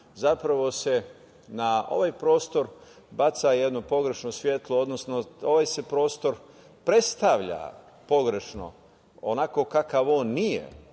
zapravo se na ovaj prostor baca jedno pogrešno svetlo, odnosno ovaj se prostor predstavlja pogrešno, onako kakav on nije.